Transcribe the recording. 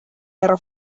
era